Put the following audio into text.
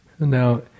Now